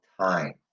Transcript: time